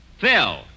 Phil